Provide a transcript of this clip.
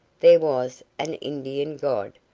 there was an indian god,